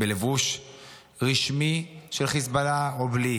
בלבוש רשמי של חיזבאללה או בלי,